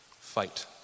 Fight